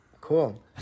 Cool